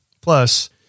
Plus